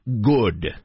good